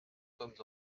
sommes